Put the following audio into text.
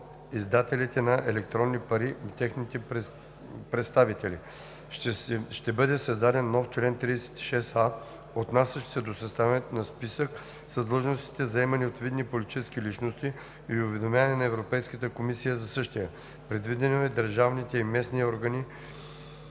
издателите на електронни пари и техните представители; - ще бъде създаден нов чл. 36а, отнасящ се до съставянето на списък с длъжностите, заемани от видни политически личности и уведомяване на Европейската комисия за същия. Предвидено е държавните и местни органи,